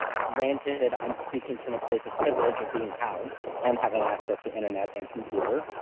granted i'm speaking from a place of privilege, of being housed, and having access to internet and computer,